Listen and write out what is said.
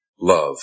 love